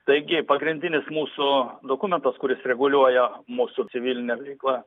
taigi pagrindinis mūsų dokumentas kuris reguliuoja mūsų civilinę veiklą